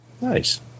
nice